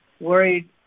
worried